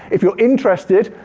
if you're interested,